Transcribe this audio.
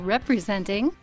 representing